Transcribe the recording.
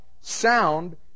sound